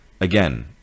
Again